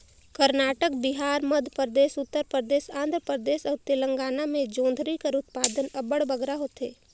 करनाटक, बिहार, मध्यपरदेस, उत्तर परदेस, आंध्र परदेस अउ तेलंगाना में जोंढरी कर उत्पादन अब्बड़ बगरा होथे